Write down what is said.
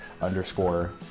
underscore